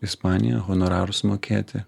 ispaniją honorarus mokėti